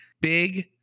big